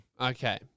Okay